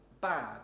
bad